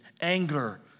anger